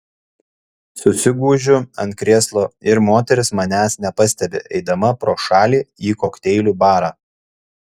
susigūžiu ant krėslo ir moteris manęs nepastebi eidama pro šalį į kokteilių barą